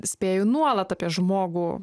spėju nuolat apie žmogų